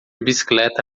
bicicleta